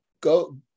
go